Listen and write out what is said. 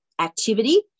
activity